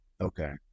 Okay